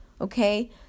Okay